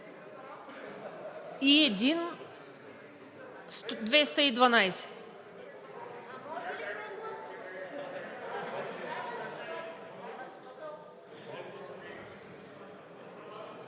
И един – 212.